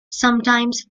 sometimes